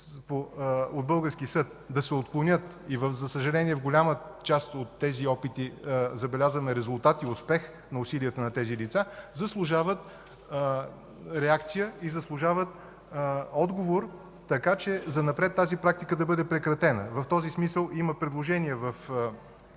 от български съд, да се отклонят и, за съжаление, в голяма част от тези опити забелязваме резултати и успех на усилията на тези лица, заслужават реакция и отговор, така че занапред тази практика да бъде прекратена. В този смисъл има предложения в